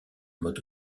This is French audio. mode